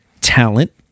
talent